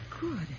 Good